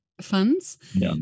funds